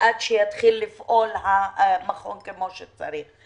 עד שהמכון יתחיל לפעול כמו שצריך.